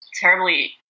terribly